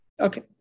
Okay